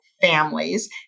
families